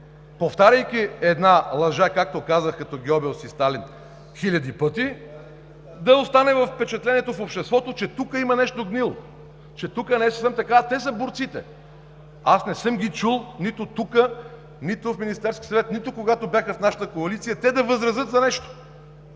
повтаряйки една лъжа, както казах, като Гьобелс и Сталин хиляди пъти, да остане впечатлението в обществото, че тук има нещо гнило, а те са борците. Аз не съм ги чул нито тук, нито в Министерския съвет, нито когато бяха в нашата коалиция, те да възразят за нещо.